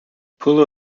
pullo